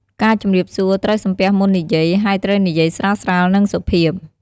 ការជម្រាបសួរ ត្រូវសំពះមុននិយាយ ហើយត្រូវនិយាយស្រាលៗ និងសុភាព។